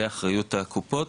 לאחריות הקופות,